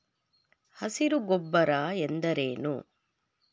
ಹಸಿರು ಗೊಬ್ಬರ ಎಂದರೇನು?